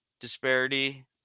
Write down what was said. disparity